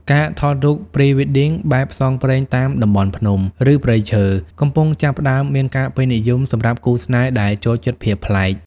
ការថតរូប Pre-wedding បែបផ្សងព្រេងតាមតំបន់ភ្នំ ឬព្រៃឈើ កំពុងចាប់ផ្ដើមមានការពេញនិយមសម្រាប់គូស្នេហ៍ដែលចូលចិត្តភាពប្លែក។